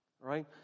right